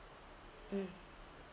mm